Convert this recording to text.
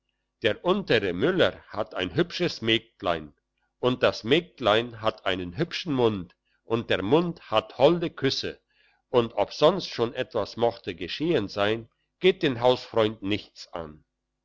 der untere müller hat ein hübsches mägdlein und das mägdlein hat einen hübschen mund und der mund hat holde küsse und ob sonst schon etwas mochte geschehen sein geht den hausfreund nichts an